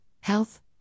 health